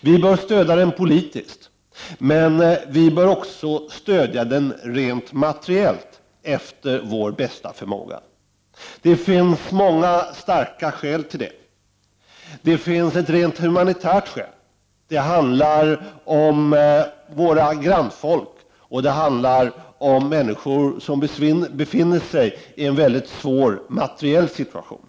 Vi bör stödja den politiskt, men vi bör också stödja den rent materiellt efter bästa förmåga. Det finns många starka skäl till det. Det finns ett rent humanitärt skäl. Det handlar om våra grannfolk, och det handlar om människor som befinner sig i en väldigt svår materiell situation.